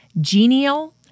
genial